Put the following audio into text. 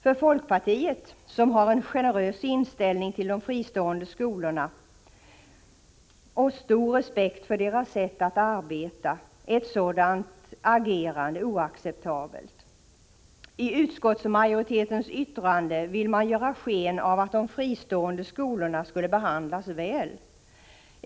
För folkpartiet, som har en generös inställning till de fristående skolorna och stor respekt för deras sätt att arbeta, är ett sådant agerande oacceptabelt. I utskottsmajoritetens yttrande vill man ge sken av att de fristående Prot. 1985/86:32 skolorna behandlas väl.